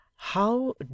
How